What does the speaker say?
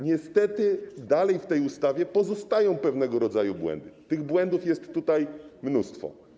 Niestety dalej w tej ustawie pozostają pewnego rodzaju błędy, tych błędów jest tutaj mnóstwo.